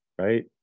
Right